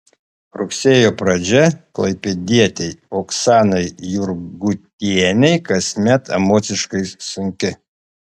rugsėjo pradžia klaipėdietei oksanai jurgutienei kasmet emociškai sunki